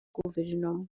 guverinoma